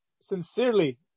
sincerely